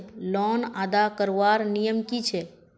Loan अदा करवार नियम की छे?